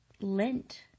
Lent